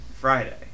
Friday